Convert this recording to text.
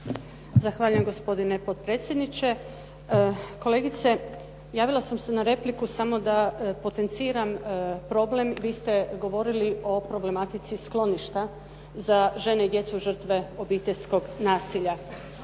Zahvaljujem gospodine potpredsjedniče. Kolegice, javila sam se na repliku. Samo da potenciram problem vi ste govorili o problematici skloništa za žene i djecu žrtve obiteljskog nasilja.